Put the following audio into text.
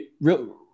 real